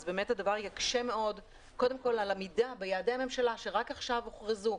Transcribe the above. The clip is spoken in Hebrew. הדבר יקשה מאוד קודם כל על העמידה ביעדי הממשלה שרק עכשיו הוכרזו.